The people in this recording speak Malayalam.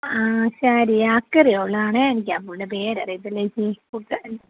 ആ ശാരി അക്കരെയുള്ളതാണേ എനിക്കറിഞ്ഞുകൂട പേര് അറിയത്തില്ല ചേച്ചി